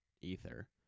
ether